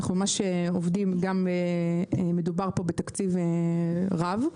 מדובר כאן בתקציב רב.